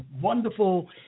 wonderful